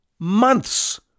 months